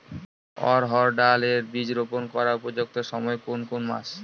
অড়হড় ডাল এর বীজ রোপন করার উপযুক্ত সময় কোন কোন মাস?